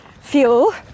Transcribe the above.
fuel